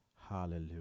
Hallelujah